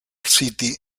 city